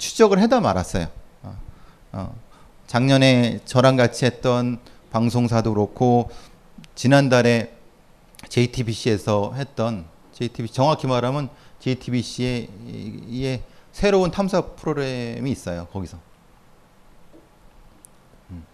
추적을 해다 말았어요. 어, 어, 작년에 저랑 같이 했던 방송사도 그렇고, 지난달에 JTBC에서 했던 JTBC, 정확히 말하면 JTBC의, 이, 이의 새로운 탐사 프로그램이 있어요, 거기서. 음.